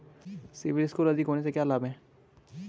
CIBIL score अधिक होने से क्या लाभ हैं?